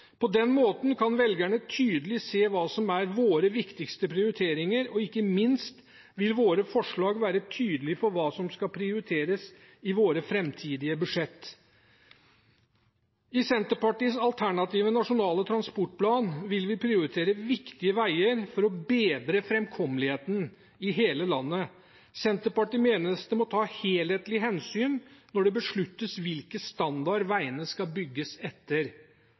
På den måten kan velgerne tydelig se hva som er våre viktigste prioriteringer, og ikke minst vil våre forslag være tydelige på hva som skal prioriteres i våre framtidige budsjett. I Senterpartiets alternative nasjonale transportplan vil vi prioritere viktige veier for å bedre framkommeligheten i hele landet. Senterpartiet mener det må tas helhetlige hensyn når det besluttes hvilken standard veiene skal bygges etter.